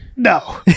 No